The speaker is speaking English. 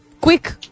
quick